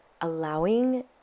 allowing